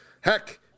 heck